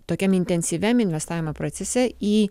tokiam intensyviam investavimo procese į